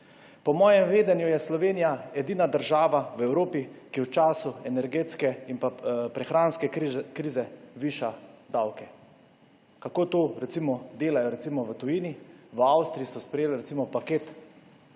Po mojem vedenju je Slovenija edina država v Evropi, ki v času energetske in prehranske krize viša davke. Kako to delajo recimo v tujini? V Avstriji so sprejeli paket